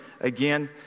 again